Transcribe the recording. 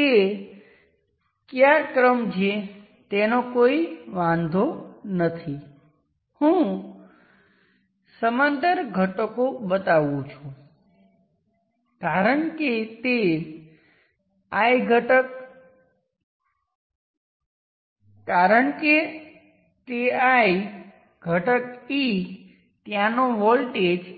1 prime સમાપ્ત કરું છું જ્યાં હું શોર્ટ સર્કિટ સાથે ઇક્વિવેલન્ટ શોધવા માંગુ છું